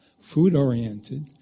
food-oriented